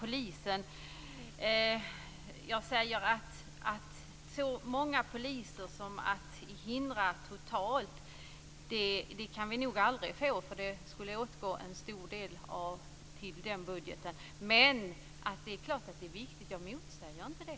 Tillräckligt många poliser för att hindra detta helt kan vi nog aldrig få, eftersom en stor del av budgeten skulle gå till detta. Men det är klart att det är viktigt. Jag motsäger inte det.